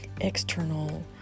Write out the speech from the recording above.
external